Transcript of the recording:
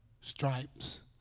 stripes